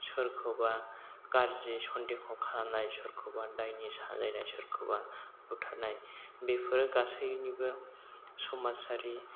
सोरखौबा गाज्रि सनदेह खालामनाय सोरखौबा दायनि साजायनाय सोरखौबा बुथारनाय बेफोरो गासैनिबो समाजारि